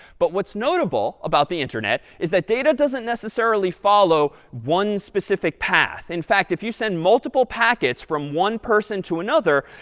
but what's notable about the internet is that data doesn't necessarily follow one specific path. in fact, if you send multiple packets from one person to another,